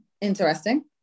Interesting